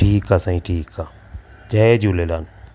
ठीकु आहे साईं ठीकु आहे जय झूलेलाल